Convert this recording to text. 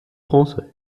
français